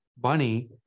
bunny